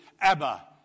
Abba